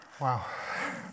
Wow